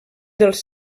dels